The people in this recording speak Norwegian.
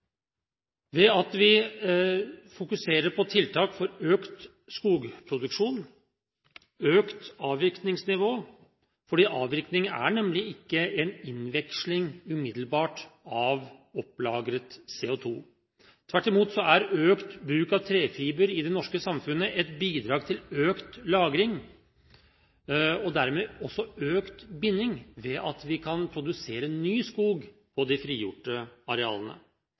ved at vi fokuserer på tiltak for økt skogproduksjon og økt avvirkningsnivå. Avvirkning er nemlig ikke en innveksling umiddelbart av opplagret CO2. Tvert imot er økt bruk av trefiber i det norske samfunnet et bidrag til økt lagring, og dermed også økt binding, ved at vi kan produsere ny skog på de frigjorte arealene.